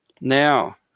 Now